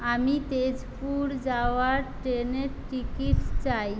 আমি তেজপুর যাওয়ার ট্রেনের টিকিটস্ চাই